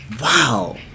wow